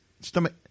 Stomach